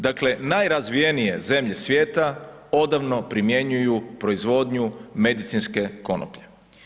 Dakle, najrazvijenije zemlje svijeta odavno primjenjuju proizvodnju medicinske konoplje.